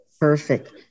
Perfect